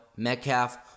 Metcalf